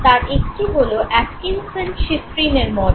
তার একটি হলো অ্যাটকিন্সন শিফ্রিনের মডেল